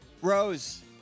Rose